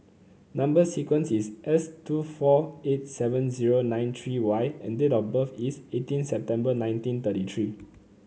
number sequence is S two four eight seven zero nine three Y and date of birth is eighteen September nineteen thirty three